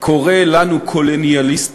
קורא לנו "קולוניאליסטים"